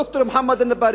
ד"ר מוחמד אלנבארי,